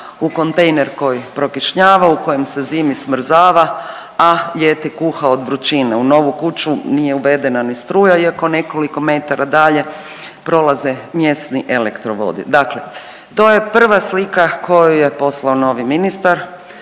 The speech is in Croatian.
u kontejner koji prokišnjava u kojem se zimi smrzava, a ljeti kuha od vrućina. U novu kuću nije uvedena ni struja iako nekoliko metara dalje prolaze mjesni elektrovodi. Dakle, to je prva slika koju je poslao novi ministar,